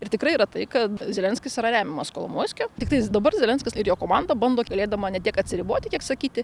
ir tikrai yra tai kad zelenskis yra remiamas kolomoiskio tiktais dabar zelenskis ir jo komanda bando galėdama ne tiek atsiriboti kiek sakyti